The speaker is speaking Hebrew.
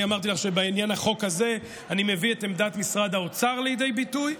אני אמרתי לך שבעניין החוק הזה אני מביא את עמדת משרד האוצר לידי ביטוי.